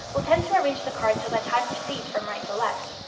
will tend to arrange the cards so that time proceeds from right to left.